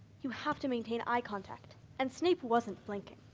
you have to maintain eye contact and snape wasn't blinking.